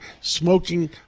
smoking